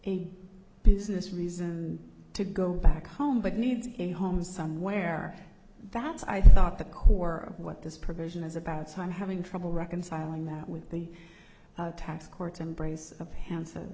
a business reason to go back home but needs a home somewhere that's i thought the core of what this provision is about so i'm having trouble reconciling that with the tax court's embrace of handso